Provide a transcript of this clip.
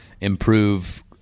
improve